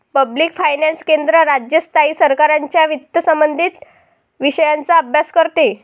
public finance केंद्र, राज्य, स्थायी सरकारांच्या वित्तसंबंधित विषयांचा अभ्यास करते